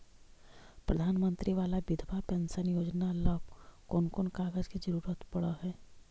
प्रधानमंत्री बाला बिधवा पेंसन योजना ल कोन कोन कागज के जरुरत पड़ है?